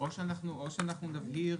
או שאנחנו נבהיר,